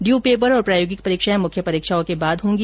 due paper और प्रायोगिक परीक्षाएं मुख्य परीक्षाओं के बाद होगी